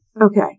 Okay